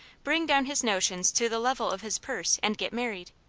bring down his notions to the level of his purse, and get married.